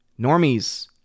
Normies